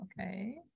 Okay